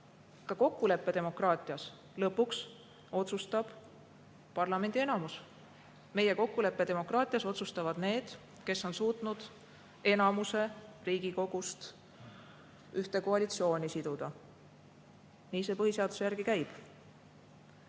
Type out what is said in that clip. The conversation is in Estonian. Ka kokkuleppedemokraatias lõpuks otsustab parlamendi enamus. Meie kokkuleppedemokraatias otsustavad need, kes on suutnud enamuse Riigikogust ühte koalitsiooni siduda. Nii see põhiseaduse järgi käib.